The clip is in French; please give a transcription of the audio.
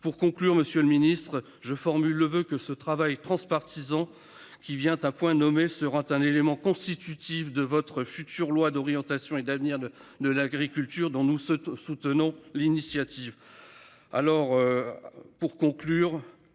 pour conclure Monsieur le Ministre. Je formule le voeu que ce travail transpartisan qui vient à point nommé se un élément constitutif de votre future loi d'orientation et d'avenir de de l'agriculture dont nous soutenons l'initiative.